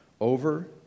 over